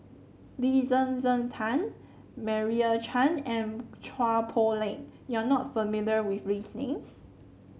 Lee Zhen Zhen Jane Meira Chand and Chua Poh Leng you are not familiar with these names